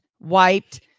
wiped